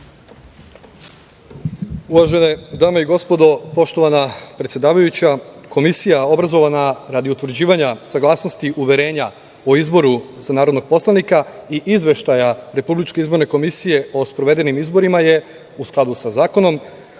Uvažene dame i gospodo, poštovana predsedavajuća, Komisija obrazovana radi utvrđivanja saglasnosti uverenja o izboru za narodnog poslanika i izveštaja Republičke izborne komisije o sprovedenim izborima je u skladu sa Zakonom